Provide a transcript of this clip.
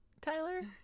Tyler